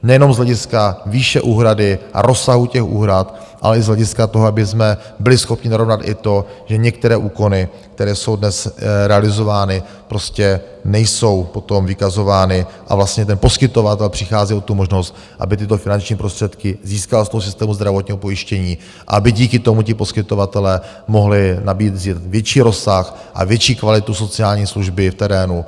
Nejenom z hlediska výše úhrady a rozsahu těch úhrad, ale i z hlediska toho, abychom byli schopni narovnat i to, že některé úkony, které jsou dnes realizovány, prostě nejsou potom vykazovány a vlastně ten poskytovatel přichází o tu možnost, aby tyto finanční prostředky získal z toho systému zdravotního pojištění, aby díky tomu ti poskytovatelé mohli nabízet větší rozsah a větší kvalitu sociální služby v terénu.